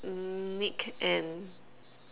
Nick and